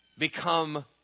become